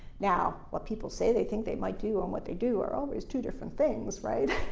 now, what people say they think they might do and what they do are always two different things, right?